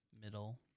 middle